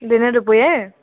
দিনৰ দুপৰীয়াই